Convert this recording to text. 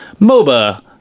MOBA